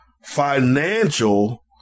financial